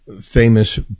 famous